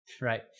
right